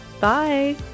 bye